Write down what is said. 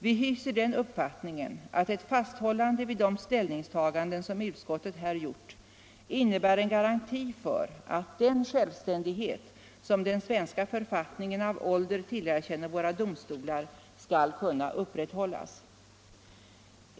Vi hyser den uppfattningen att ett fasthållande vid de ställningstaganden som utskottet här gjort innebär en garanti för att den självständighet som den svenska författningen av ålder tillerkänner våra domstolar skall kunna upprätthållas.